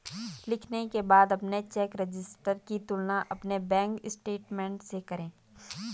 लिखने के बाद अपने चेक रजिस्टर की तुलना अपने बैंक स्टेटमेंट से करें